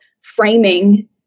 framing